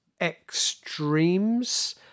extremes